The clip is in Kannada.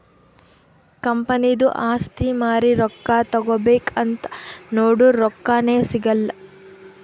ಕಂಪನಿದು ಆಸ್ತಿ ಮಾರಿ ರೊಕ್ಕಾ ತಗೋಬೇಕ್ ಅಂತ್ ನೊಡುರ್ ರೊಕ್ಕಾನೇ ಸಿಗಲ್ಲ